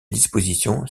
dispositions